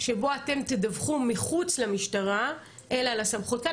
שבו אתם תדווחו מחוץ למשטרה אלא לסמכות כאן,